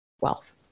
wealth